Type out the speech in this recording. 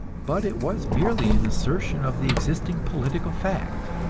but it was merely an assertion of the existing political fact.